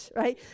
right